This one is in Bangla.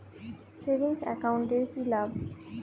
সেভিংস একাউন্ট এর কি লাভ?